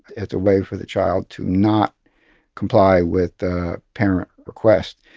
it's a way for the child to not comply with the parent request.